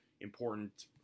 important